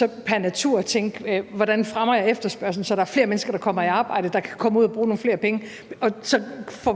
jo pr. natur vil tænke, hvordan jeg fremmer efterspørgslen, så der er flere mennesker, der kommer i arbejde, som kan komme ud at bruge nogle flere penge, og vi så